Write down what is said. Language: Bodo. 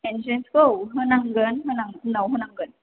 एनथ्रेन्सखौ होनांगोन उनाव होनांगोन